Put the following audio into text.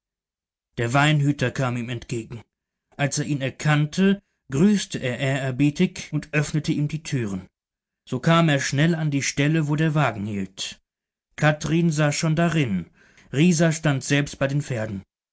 der weinhüter kam ihm entgegen als er ihn erkannte grüßte er ehrerbietig und öffnete ihm die türen so kam er schnell an die stelle wo der wagen hielt kathrin saß schon darin rieser stand selbst bei den pferden